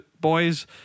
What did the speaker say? boys